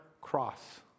cross